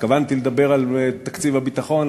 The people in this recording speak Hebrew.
התכוונתי לדבר על תקציב הביטחון,